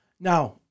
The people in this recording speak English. Now